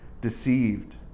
deceived